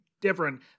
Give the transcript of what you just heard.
different